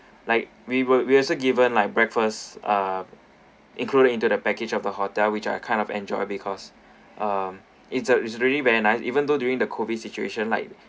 like we will we also given like breakfast ah included into the package of the hotel which I kind of enjoy because um it's uh it's really very nice even though during the COVID situation like